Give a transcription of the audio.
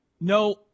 no